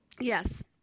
Yes